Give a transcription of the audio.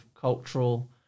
cultural